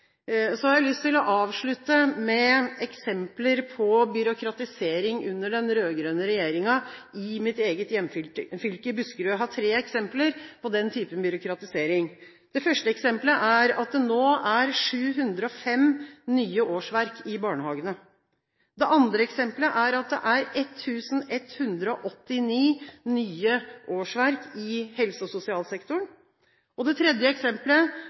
Så har jeg lyst til å avslutte med eksempler på byråkratisering under den rød-grønne regjeringen i mitt eget hjemfylke, Buskerud. Jeg har tre eksempler på den typen byråkratisering. Det første eksempelet er at det nå er 705 nye årsverk i barnehagene, det andre eksempelet er at det er 1 189 nye årsverk i helse- og sosialsektoren, og det tredje eksempelet